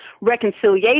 reconciliation